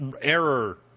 error